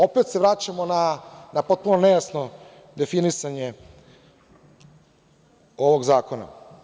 Opet se vraćamo na potpuno nejasno definisanje ovog zakona.